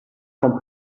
von